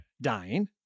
dying